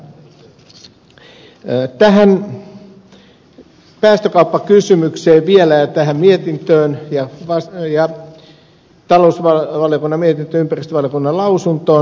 tähän päästökauppakysymykseen vielä ja tähän talousvaliokunnan mietintöön ja taistelijan talossa oleva namie teen torstaina ympäristövaliokunnan lausuntoon